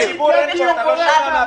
הוועדה צריכה לומר שהיא רואה את האחריות